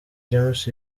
james